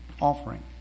offering